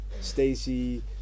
Stacy